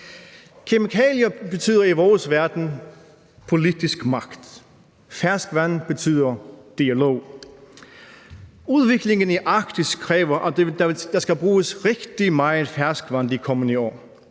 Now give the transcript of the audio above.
Kemikalier betyder i vores verden politisk magt, ferskvand betyder dialog. Udviklingen i Arktis kræver, at der skal bruges rigtig meget ferskvand de kommende år.